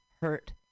hurt